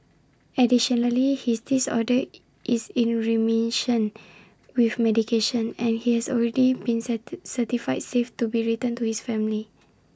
additionally his disorder is in remission with medication and he has already been certified safe to be returned to his family